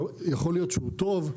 יכול להיות שהוא טוב,